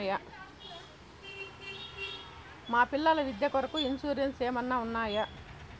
మా పిల్లల విద్య కొరకు ఇన్సూరెన్సు ఏమన్నా ఉన్నాయా?